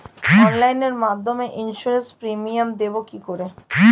অনলাইনে মধ্যে insurance premium দেবো কি করে?